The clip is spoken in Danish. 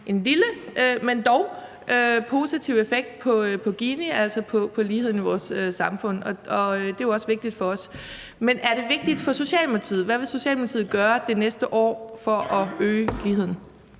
en lille, men dog positiv effekt på Ginikoefficienten, altså ligheden i vores samfund, og det er jo også vigtigt for os. Men er det vigtigt for Socialdemokratiet? Hvad vil Socialdemokratiet gøre det næste år for at øge ligheden?